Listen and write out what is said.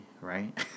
right